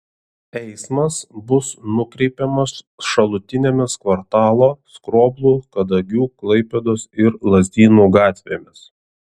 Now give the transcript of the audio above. eismas bus nukreipiamas šalutinėmis kvartalo skroblų kadagių klaipėdos ir lazdynų gatvėmis